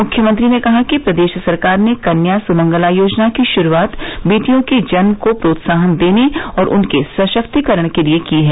मुख्यमंत्री ने कहा कि प्रदेश सरकार ने कन्या सुमंगला योजना की शुरूआत बेटियों के जन्म को प्रोत्साहन देने और उनके सशक्तिकरण के लिए की है